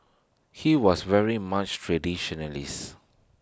he was very much traditionalist